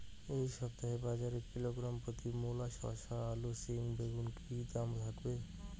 এই সপ্তাহে বাজারে কিলোগ্রাম প্রতি মূলা শসা আলু সিম বেগুনের কী দাম থাকবে?